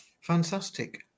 Fantastic